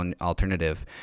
alternative